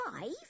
Five